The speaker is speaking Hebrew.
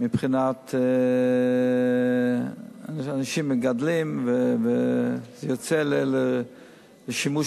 מבחינת אנשים שמגדלים וזה יוצא לשימוש